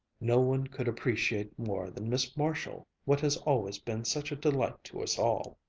no one could appreciate more than miss marshall what has always been such a delight to us all.